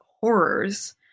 horrors